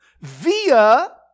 via